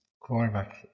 quarterback